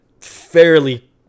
fairly